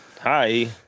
Hi